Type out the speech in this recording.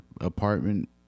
apartment